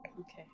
okay